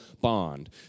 bond